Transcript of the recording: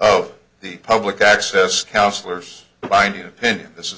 of the public access counsellors binding opinion this is